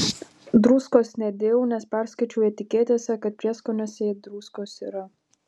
druskos nedėjau nes perskaičiau etiketėse kad prieskoniuose druskos yra